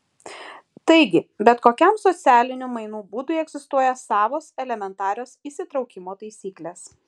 taigi bet kokiam socialinių mainų būdui egzistuoja savos elementarios įsitraukimo taisyklės